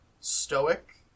stoic